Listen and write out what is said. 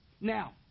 Now